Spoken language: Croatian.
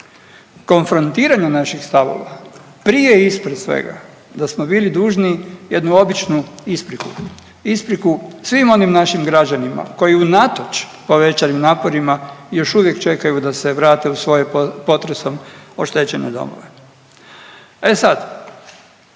konfrontiranja naših stavova prije ispred svega da smo bili dužni jednu običnu ispriku, ispriku svim onim našim građanima koji unatoč povećanim naporima još uvijek čekaju da se vrate u svoje potresom oštećene domove. E sad,